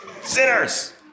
Sinners